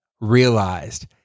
realized